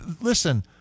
listen